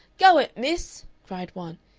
go it, miss! cried one.